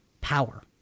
power